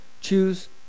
Choose